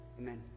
Amen